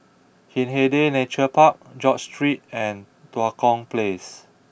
Hindhede Nature Park George Street and Tua Kong Place